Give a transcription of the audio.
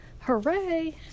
hooray